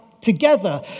together